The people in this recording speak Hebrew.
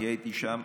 אני הייתי שם,